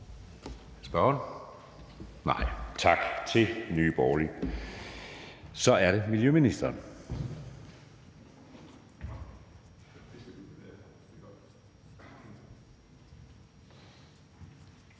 (Jeppe Søe): Tak til Nye Borgerlige. Så er det miljøministeren.